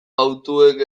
hautuek